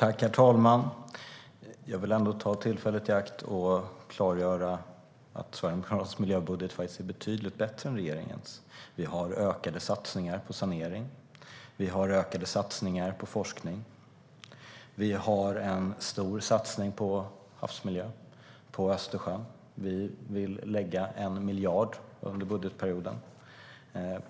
Herr talman! Jag vill ta tillfället i akt och klargöra att Sverigedemokraternas miljöbudget är betydligt bättre än regeringens. Vi har ökade satsningar på sanering, vi har ökade satsningar på forskning och vi har en stor satsning på havsmiljö, på Östersjön. Vi vill lägga 1 miljard under budgetperioden